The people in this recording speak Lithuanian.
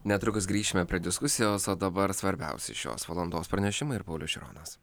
netrukus grįšime prie diskusijos o dabar svarbiausi šios valandos pranešimai ir paulius šironas